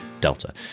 Delta